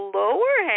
lower